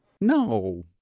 No